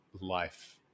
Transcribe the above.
life